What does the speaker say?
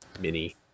Mini